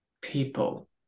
people